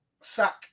sack